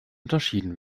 unterschieden